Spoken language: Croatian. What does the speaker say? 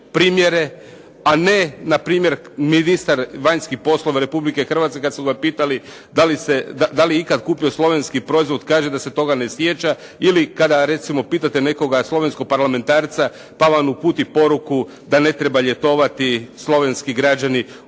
a ne npr. ministra vanjskih poslova Republike Hrvatske kada su ga pitali, da li je ikada kupio slovenski proizvod, kaže da se toga ne sjeća ili kada pitate nekog slovenskog parlamentarca pa vam uputi poruku da ne treba ljetovati slovenski građani u